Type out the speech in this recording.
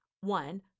one